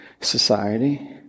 society